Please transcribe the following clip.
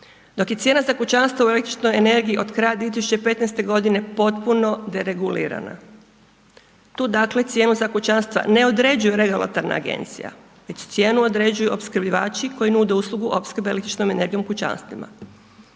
Dok je cijena za kućanstva u električnoj energiji od kraja 2015. godine potpuno deregulirana. Tu dakle cijenu za kućanstva ne određuju regulatorna agencija već cijenu određuju opskrbljivači koji nude uslugu opskrbe električnom energijom u kućanstvima.